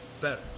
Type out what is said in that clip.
better